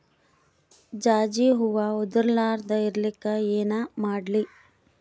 ಜಾಜಿ ಹೂವ ಉದರ್ ಲಾರದ ಇರಲಿಕ್ಕಿ ಏನ ಮಾಡ್ಲಿ?